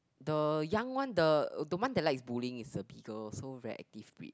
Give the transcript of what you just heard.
the young one the the one that likes bullying is a Beagle so very active breed